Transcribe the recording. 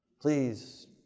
please